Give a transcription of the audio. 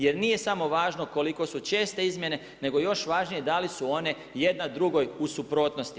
Jer nije samo važno koliko su česte izmjene, nego je još važnije da li su one jedna drugoj u suprotnosti.